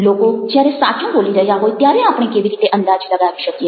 લોકો જ્યારે સાચું બોલી રહ્યા હોય ત્યારે આપણે કેવી રીતે અંદાજ લગાવી શકીએ